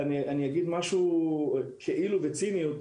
אומר משהו ציני מעט: